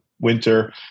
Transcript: winter